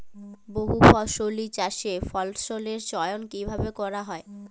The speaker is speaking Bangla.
বহুফসলী চাষে ফসলের চয়ন কীভাবে করা হয়?